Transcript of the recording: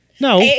No